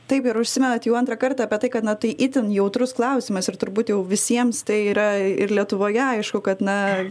taip ir užsimenat jau antrą kartą apie tai kad na tai itin jautrus klausimas ir turbūt jau visiems tai yra ir lietuvoje aišku kad na